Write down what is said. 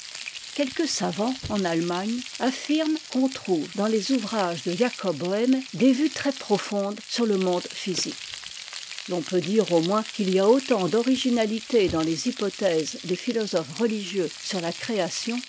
quelques savants en allemagne affirment qu'on trouve dans les ouvrages de jacob bœhme des vues très profondes sur le monde physique l'on peut dire au moins qu'il y a autant d'originalité dans les hypothèses des philosophes religieux sur la création